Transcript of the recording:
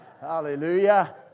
Hallelujah